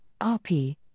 RP